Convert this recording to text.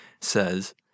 says